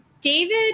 David